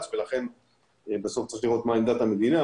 ולכן בסוף צריך לראות מה עמדת המדינה,